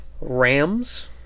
Rams